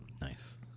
Nice